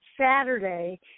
Saturday